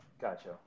Gotcha